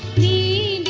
the